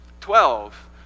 Twelve